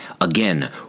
Again